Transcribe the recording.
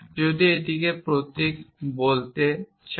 এবং যদি আপনি এটিকে একটি প্রতীক বলতে চান